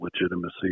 legitimacy